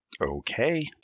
Okay